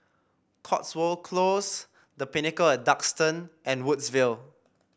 Cotswold Close The Pinnacle At Duxton and Woodsville